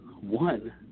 one